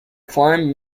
climb